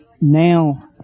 now